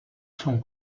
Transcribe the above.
son